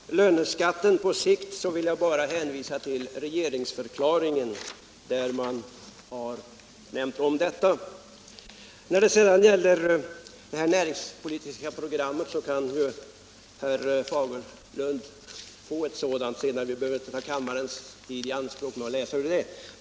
Herr talman! Beträffande löneskatten på sikt vill jag bara hänvisa till regeringsdeklarationen. Beträffande vårt näringspolitiska program kan ju herr Fagerlund få ett sådant senare. Vi behöver inte ta kammarens tid i anspråk med att läsa ur det.